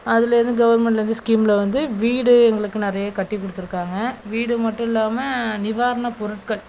அதிலேந்து கவர்மெண்ட்லேந்து ஸ்கீமில் வந்து வீடு எங்களுக்கு நிறைய கட்டி கொடுத்துருக்காங்க வீடு மட்டும் இல்லாமல் நிவாரண பொருட்கள்